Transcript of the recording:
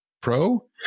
pro